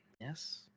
yes